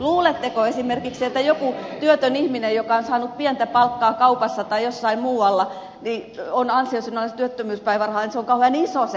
luuletteko esimerkiksi että jollekin työttömälle ihmiselle joka on saanut pientä palkkaa kaupassa tai jossain muualla ja on ansiosidonnaisella työttömyyspäivärahalla se raha on kauhean iso